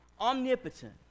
Omnipotent